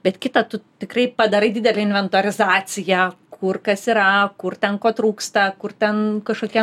bet kita tu tikrai padarai didelę inventorizaciją kur kas yra kur ten ko trūksta kur ten kašokie